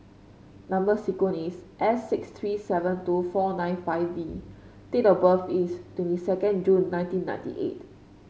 number sequence is S six three seven two four nine five V date of birth is twenty second June nineteen ninety eight